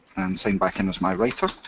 and sign back in as my writer.